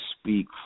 speak